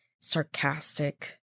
sarcastic